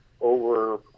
over